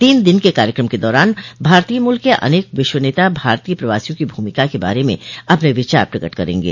तीन दिन के कार्यक्रम के दौरान भारतीय मूल के अनेक विश्व नेता भारतीय प्रवासियों की भूमिका के बारे में अपने विचार प्रकट करेंगे